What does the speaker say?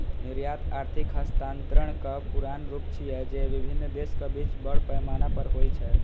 निर्यात आर्थिक हस्तांतरणक पुरान रूप छियै, जे विभिन्न देशक बीच बड़ पैमाना पर होइ छै